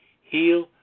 Heal